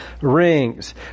rings